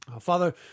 Father